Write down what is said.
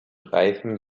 reifen